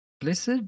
blessed